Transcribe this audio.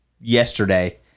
yesterday